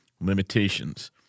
Limitations